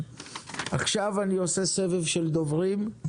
עכשיו אני עושה סבב של דוברים.